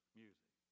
music